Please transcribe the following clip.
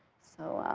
so,